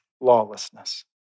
lawlessness